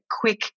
quick